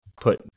put